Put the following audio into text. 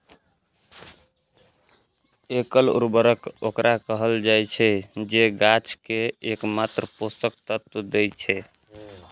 एकल उर्वरक ओकरा कहल जाइ छै, जे गाछ कें एकमात्र पोषक तत्व दै छै